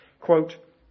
Quote